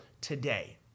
today